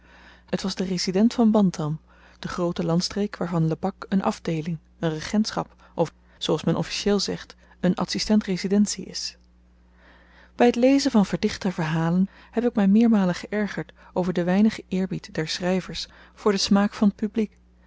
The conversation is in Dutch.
het was de resident van bantam de groote landstreek waarvan lebak een afdeeling een regentschap of zooals men officieel zegt een adsistent residentie is by t lezen van verdichte verhalen heb ik my meermalen geërgerd over den weinigen eerbied der schryvers voor den smaak van t publiek